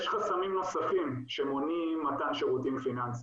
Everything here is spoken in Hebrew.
יש חסמים נוספים שמונעים מתן שירותים פיננסיים,